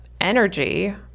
energy